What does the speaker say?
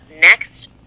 next